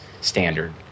standard